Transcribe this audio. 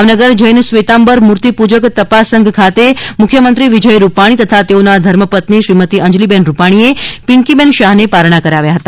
ભાવનગર જૈન શ્વેતામ્બર મૂર્તિપૂજક તપાસંઘ ખાતે મુખ્યમંત્રી વિજય રૂપાણી તથા તેઓના ધર્મપત્ની શ્રીમતિ અંજલીબેન રૂપાણીએ પિન્કીબેન શાહને પારણા કરાવ્યા હતા